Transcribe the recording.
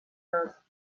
است